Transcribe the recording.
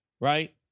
Right